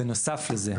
בנוסף לזה.